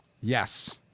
Yes